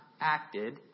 acted